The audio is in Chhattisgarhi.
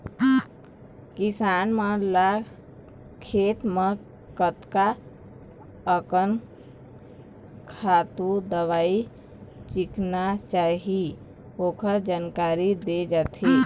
किसान मन ल खेत म कतका अकन खातू, दवई छिचना चाही ओखर जानकारी दे जाथे